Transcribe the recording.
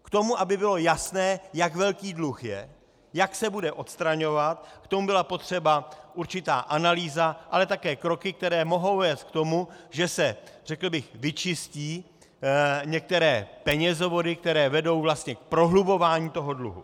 K tomu, aby bylo jasné, jak velký dluh je, jak se bude odstraňovat, k tomu byla potřeba určitá analýza, ale také kroky, které mohou vést k tomu, že se řekl bych vyčistí některé penězovody, které vedou k prohlubování dluhu.